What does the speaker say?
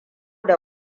da